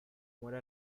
muere